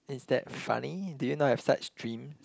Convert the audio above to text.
is that funny do you not have such dream